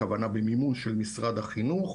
הכוונה במימון של משרד החינוך,